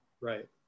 Right